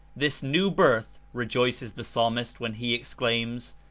this new birth, re joices the psalmist when he exclaims,